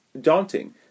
daunting